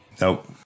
Nope